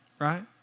right